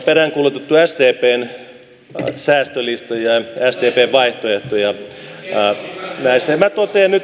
täällä on peräänkuulutettu sdpn säästölistoja ja sdpn vaihtoehtoja